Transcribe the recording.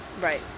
Right